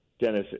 Dennis